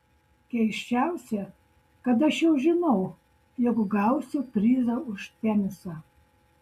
keisčiausia kad aš jau žinau jog gausiu prizą už tenisą